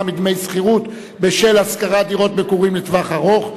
מדמי שכירות בשל השכרת דירות מגורים לטווח ארוך),